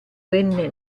venne